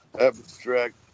abstract